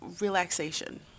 relaxation